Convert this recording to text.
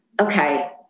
okay